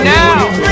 now